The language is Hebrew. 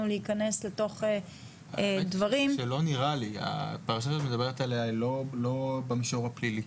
להיכנס לדברים -- הפרשה שאת מדברת עליה היא לא במישור הפלילי.